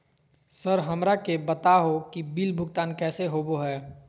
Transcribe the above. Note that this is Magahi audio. सर हमरा के बता हो कि बिल भुगतान कैसे होबो है?